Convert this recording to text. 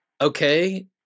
okay